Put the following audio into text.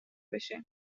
بشه